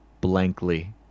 blankly